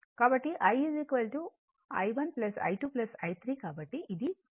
కాబట్టి I I1 I 2 I 3